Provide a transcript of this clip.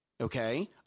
okay